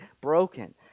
broken